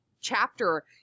chapter